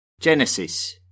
Genesis